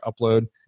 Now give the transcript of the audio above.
upload